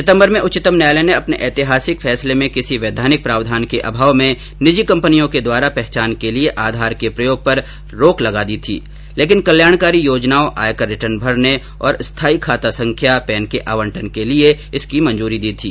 सितंबर में उच्चतम न्यायालय ने अपने ऐतिहासिक फैसले में किसी वैधानिक प्रावधान के अभाव में निजी कंपनियों के द्वारा पहचान के लिए आधार के प्रयोग पर रोक लगा दी थी लेकिन कल्याणकारी योजनाओं आयकर रिटर्न भरने और स्थाई खाता संख्या पैन के आवंटन के लिए इसकी मंजूरी दी थी